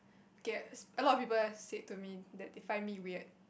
gasp a lot of people said to me that they find me weird